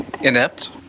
Inept